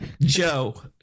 Joe